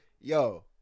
yo